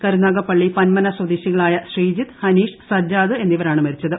കരുനാഗപ്പള്ളി പന്മന സ്വദേശികളായ ശ്രീജിത്ത് ഹനീഷ് സജ്ജാദ് എന്നിവരാണ് മരിച്ചത്